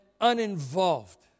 uninvolved